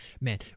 man